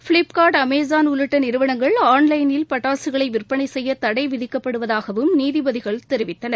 Flipkart Amazon உள்ளிட்ட நிறுவனங்கள் ஆன்லைனில் பட்டாசுகளை விற்பனை செய்ய தடை விதிக்கப்படுவதாகவும் நீதிபதிகள் தெரிவித்தன